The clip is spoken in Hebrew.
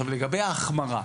לגבי ההחמרה,